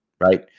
right